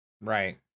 Right